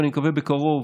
אני מקווה שבקרוב,